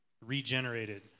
regenerated